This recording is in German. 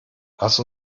lass